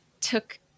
took